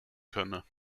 könne